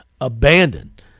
abandoned